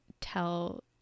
tell